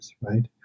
right